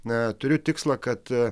na turiu tikslą kad